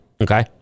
Okay